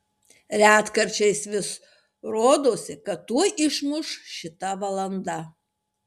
retkarčiais vis rodosi kad tuoj išmuš šita valanda